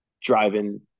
driving